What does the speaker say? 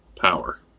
power